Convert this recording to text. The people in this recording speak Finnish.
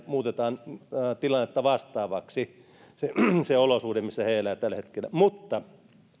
muutetaan tilannetta vastaavaksi se olosuhde missä he elävät tällä hetkellä mutta